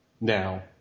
now